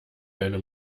deine